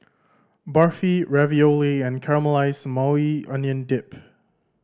Barfi Ravioli and Caramelized Maui Onion Dip